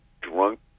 drunk